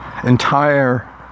Entire